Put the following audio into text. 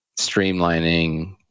streamlining